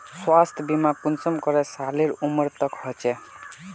स्वास्थ्य बीमा कुंसम करे सालेर उमर तक होचए?